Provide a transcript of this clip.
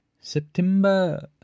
September